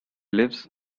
lives